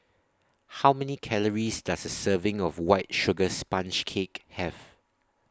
How Many Calories Does A Serving of White Sugar Sponge Cake Have